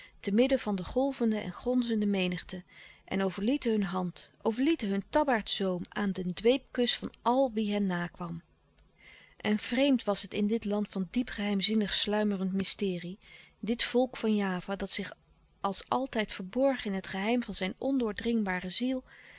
te midden van de golvende en gonzende menigte en overlieten hun hand overlieten hun tabbaardzoom aan den dweepkus van al wie hen nakwam en vreemd was het in dit land van diep geheimzinnig sluimerend mysterie in dit volk van java dat zich als altijd verborg in het geheim van zijn ondoordringbare ziel